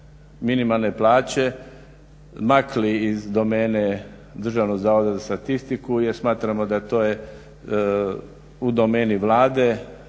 minimalne plaće makli iz domene Državnog zavoda za statistiku jer smatramo da to je u domeni Vlade